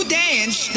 dance